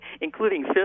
including